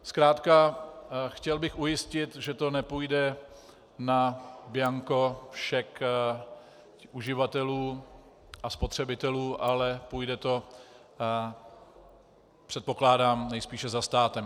Zkrátka chtěl bych ujistit, že to nepůjde na bianco šek uživatelů a spotřebitelů, ale půjde to, předpokládám, nejspíše za státem.